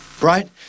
Right